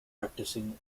practicing